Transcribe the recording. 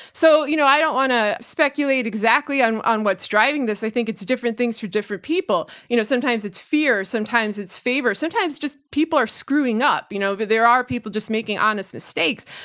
so, you know, i don't want to speculate exactly on on what's driving this. i think it's different things to different people. you know, sometimes it's fear, sometimes it's favor, just people are screwing up. you know, there are people just making honest mistakes,